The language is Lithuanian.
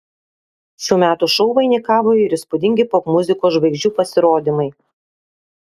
šių metų šou vainikavo ir įspūdingi popmuzikos žvaigždžių pasirodymai